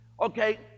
okay